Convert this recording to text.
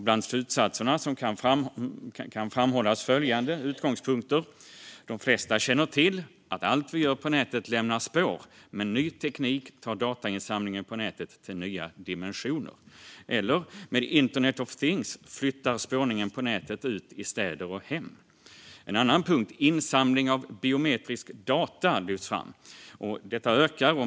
Bland slutsatserna kan framhållas följande utgångspunkter: De flesta känner till att allt vi gör på nätet lämnar spår, men ny teknik tar datainsamlingen på nätet till nya dimensioner. Med "Internet of things" flyttar spårningen på nätet ut i städer och hem. Insamling av biometriska data ökar.